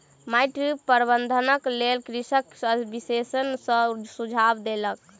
माइट प्रबंधनक लेल कृषक विशेषज्ञ सॅ सुझाव लेलक